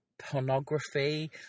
pornography